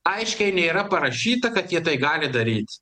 aiškiai nėra parašyta kad jie tai gali daryt